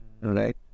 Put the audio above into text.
right